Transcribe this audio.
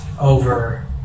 over